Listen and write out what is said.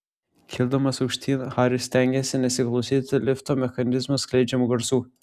kildamas aukštyn haris stengėsi nesiklausyti lifto mechanizmo skleidžiamų garsų